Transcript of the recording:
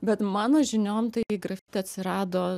bet mano žiniom tai grafiti atsirado